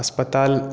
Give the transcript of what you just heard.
अस्पताल